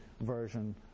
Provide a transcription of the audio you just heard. version